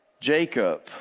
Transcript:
Jacob